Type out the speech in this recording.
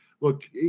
look